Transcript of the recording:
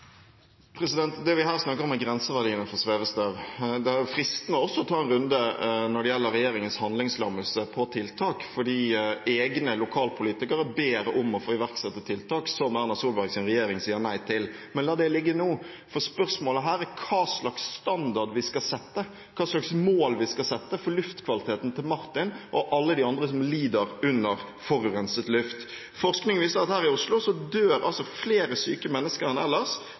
Det vi her snakker om, er grenseverdiene for svevestøv. Det er også fristende å ta en runde når det gjelder regjeringens handlingslammelse med hensyn til tiltak, for egne lokalpolitikere ber om å få iverksette tiltak, som Erna Solbergs regjering sier nei til. Men la nå det ligge. Spørsmålet her er hva slags standard vi skal sette, og hva slags mål vi skal sette oss når det gjelder luftkvaliteten for Martin og alle de andre som lider under forurenset luft. Forskning viser at her i Oslo dør det flere syke mennesker enn ellers